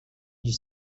you